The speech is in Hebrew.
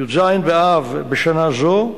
י"ז באב בשנה זו,